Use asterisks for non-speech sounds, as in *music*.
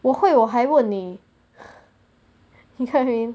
我会我还问你 *noise* you get what I mean